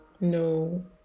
No